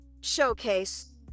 showcase